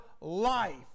life